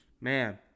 man